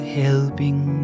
helping